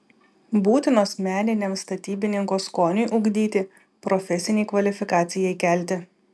būtinos meniniam statybininko skoniui ugdyti profesinei kvalifikacijai kelti